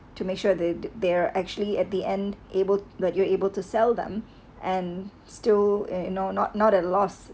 to make sure that they're actually at the end able that you are able to sell them and still you know no not not at lost